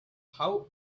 how